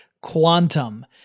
Quantum